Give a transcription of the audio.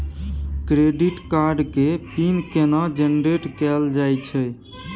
Credit card के pin केना generate कैल जाए छै?